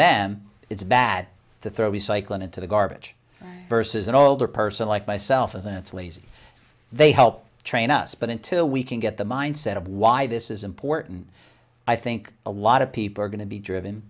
them it's bad to throw recycling into the garbage versus an older person like myself as an sleaze they help train us but until we can get the mindset of why this is important i think a lot of people are going to be driven